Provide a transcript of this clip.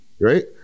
right